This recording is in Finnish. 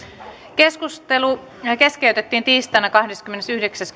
keskustelu keskeytettiin tiistaina kahdeskymmenesyhdeksäs